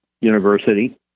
university